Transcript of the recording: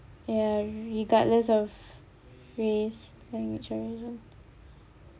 ya regardless of race language or religion